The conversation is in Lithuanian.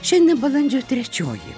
šiandien balandžio trečioji